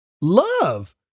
Love